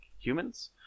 humans